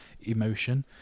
emotion